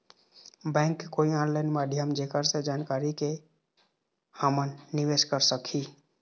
Bank के कोई online माध्यम जेकर से जानकारी के के हमन निवेस कर सकही?